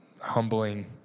humbling